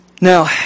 Now